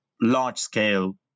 large-scale